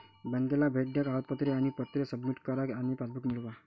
बँकेला भेट द्या कागदपत्रे आणि पत्रे सबमिट करा आणि पासबुक मिळवा